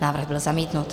Návrh byl zamítnut.